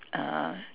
uh